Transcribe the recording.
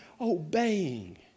obeying